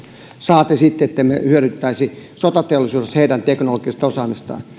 saati sitten ettemme hyödyntäisi sotateollisuudessa heidän teknologista osaamistaan